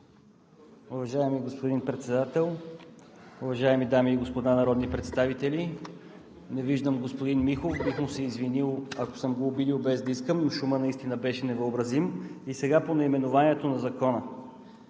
Уважаеми господин Председател, уважаеми дами и господа народни представители! Не виждам господин Михов – бих му се извинил, ако съм го обидил, без да искам, но шумът наистина беше невъобразим. Сега – по наименованието на Закона.